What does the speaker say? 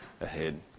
ahead